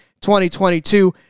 2022